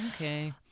Okay